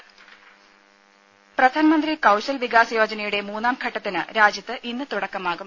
ദേദ പ്രധാൻമന്ത്രി കൌശൽ വികാസ് യോജനയുടെ മൂന്നാം ഘട്ടത്തിന് രാജ്യത്ത് ഇന്ന് തുടക്കമാകും